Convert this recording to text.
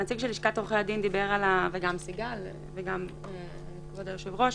הנציג של לשכת עורכי הדין וגם סיגל ואדוני היושב ראש,